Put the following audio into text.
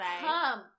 Come